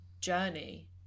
journey